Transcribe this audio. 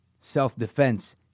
self-defense